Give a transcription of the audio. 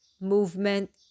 movement